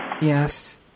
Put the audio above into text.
yes